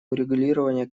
урегулирование